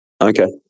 Okay